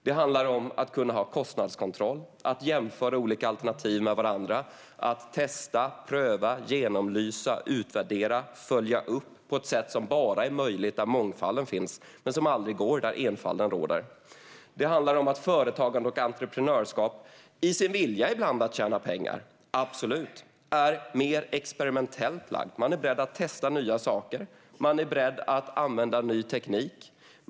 Det handlar om att kunna ha kostnadskontroll, att jämföra olika alternativ med varandra, att testa, att pröva, att genomlysa, att utvärdera och att följa upp på ett sätt som bara är möjligt där mångfalden finns och som aldrig går där enfalden råder. Det handlar om att man inom företagande och entreprenörskap ibland i sin vilja att tjäna pengar absolut är mer experimentellt lagd. Man är beredd att testa nya saker. Man är beredd att använda ny teknik.